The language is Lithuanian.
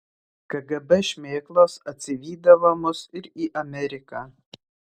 kgb šmėklos atsivydavo mus ir į ameriką